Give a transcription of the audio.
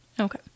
Okay